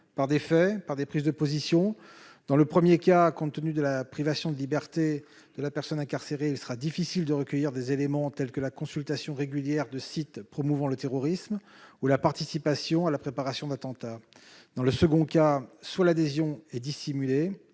Par des faits ? Par des prises de position ? Dans le premier cas, la personne incarcérée étant, par définition, privée de liberté, il sera difficile de recueillir des éléments comme la consultation régulière de sites promouvant le terrorisme ou la participation à la préparation d'attentats. Dans le second cas, soit l'adhésion est dissimulée,